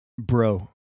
Bro